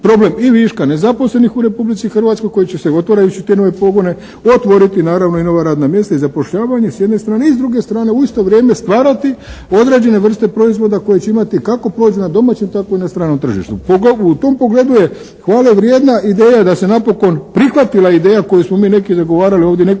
problem i viška nezaposlenih u Republici Hrvatskoj koji će se otvarajući te nove pogone otvoriti naravno i nova radna mjesta i zapošljavanje s jedne strane i s druge strane u isto vrijeme stvarati određene vrste proizvoda koji će imati kao proizvod na domaćem tako i na stranom tržištu. U tom pogledu je hvalevrijedna ideja da se napokon prihvatila ideja koju smo mi neki zagovarali ovdje nekoliko